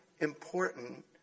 important